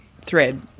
thread